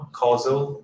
causal